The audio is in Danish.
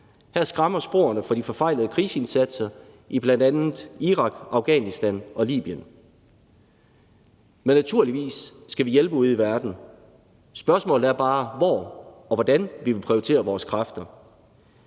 Her skræmmer sporene fra de forfejlede krigsindsatser i bl.a. Irak, Afghanistan og Libyen. Men vi skal naturligvis hjælpe ude i verden. Spørgsmålet er bare, hvor og hvordan vi vil prioritere vores kræfter.